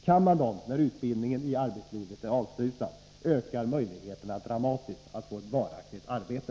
Kan man dem när utbildningen i arbetslivet är avslutad, ökar möjligheterna dramatiskt att få ett varaktigt arbete.